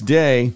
day